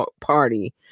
party